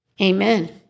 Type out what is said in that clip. Amen